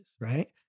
Right